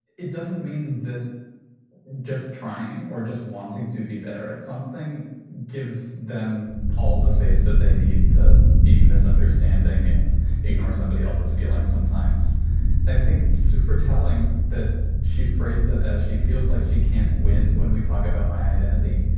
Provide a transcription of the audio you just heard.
it doesn't mean that just trying or just wanting to be better at something gives them all the space that they need to be misunderstanding and ignore somebody else's feelings. sometimes i think it's super telling that she phrased it as she feels like she can't win when we talk about my identity.